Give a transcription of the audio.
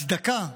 הצדקה,